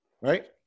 Right